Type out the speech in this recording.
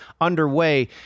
underway